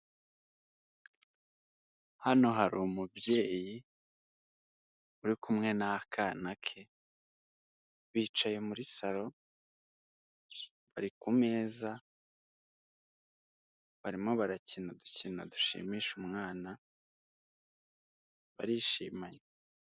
Hano hari umubyeyi uri kumwe n'akana ke, bicaye muri saro, bari ku meza, barimo barakina udukino dushimisha umwana, barishimanye.